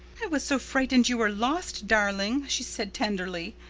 was so frightened you were lost, darling she said tenderly.